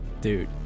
Dude